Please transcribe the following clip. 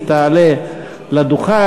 היא תעלה לדוכן,